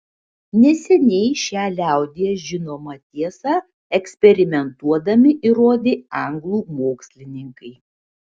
neseniai šią liaudyje žinomą tiesą eksperimentuodami įrodė anglų mokslininkai